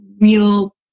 real